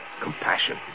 compassion